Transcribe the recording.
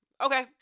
Okay